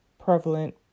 prevalent